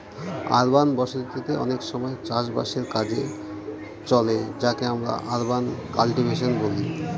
urban বসতি তে অনেক সময় চাষ বাসের কাজে চলে যাকে আমরা আরবান কাল্টিভেশন বলি